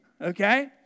Okay